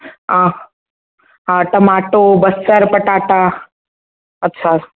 हा हा टमाटो बसरु पटाटा अच्छा